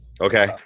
Okay